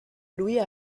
louis